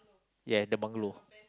ya the bungalow